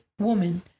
woman